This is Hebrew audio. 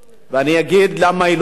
אני אגיד למה היא לא מוסרית.